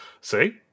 See